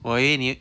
我以为你